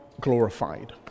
glorified